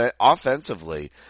Offensively